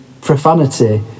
profanity